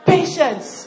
Patience